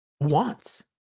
wants